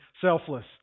selfless